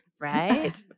Right